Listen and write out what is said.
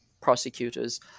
prosecutor's